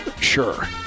Sure